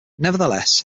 nevertheless